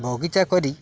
ବଗିଚା କରି